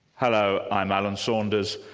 hello, i'm alan saunders,